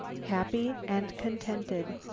happy and contented.